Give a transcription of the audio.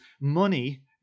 money